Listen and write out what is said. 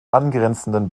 angrenzenden